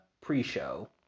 pre-show